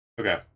Okay